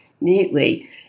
neatly